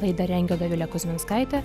laidą rengia dovilė kuzminskaitė